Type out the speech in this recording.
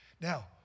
Now